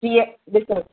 हीअ ॾिसो